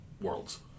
worlds